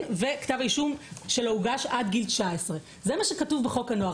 וכתב האישום שלו הוגש עד גיל 19. זה מה שכתוב בחוק הנוער.